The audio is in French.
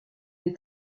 est